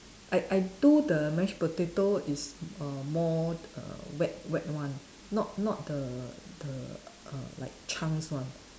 I I do the mashed potato is err more err wet wet one not not the the err like chunks one